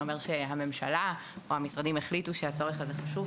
זה אומר שהממשלה או המשרדים החליטו שהצורך הזה חשוב,